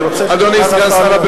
אני רוצה שסגן השר,